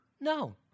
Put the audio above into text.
no